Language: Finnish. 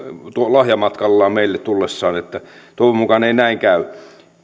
lahjamatkallaan meille tullessaan toivon mukaan ei näin käy